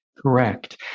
Correct